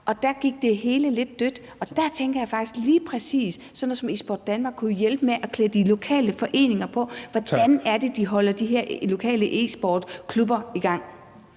og der gik det hele lidt dødt. Og der tænker jeg faktisk lige præcis på, at sådan noget som Esport Danmark kunne hjælpe med at klæde de lokale foreninger på. Hvordan er det, de holder de her lokale e-sportsklubber i gang?